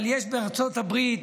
אבל יש בארצות הברית